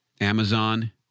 Amazon